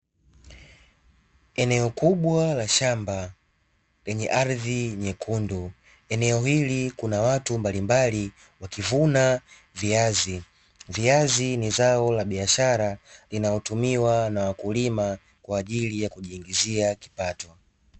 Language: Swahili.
Eneo kubwa la shamba lenye ardhi nyekundu, eneo hili kuna watu mbalimbali wakivuna viazi. Viazi ni zao la biashara linalotumiwa na wakulima kwa ajili ya kujiingizia kipato.